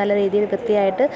നല്ല രീതിയിൽ വൃത്തിയായിട്ട്